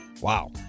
Wow